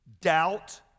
Doubt